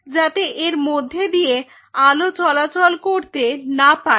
যাতে এর মধ্যে দিয়ে আলো চলাচল করতে না পারে